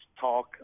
talk